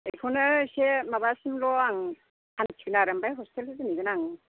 बेखौनो एसे माबासिमल' आं हान्थिगोन आरो ओमफ्राय ह'स्टेलाव दोनहैगोन आं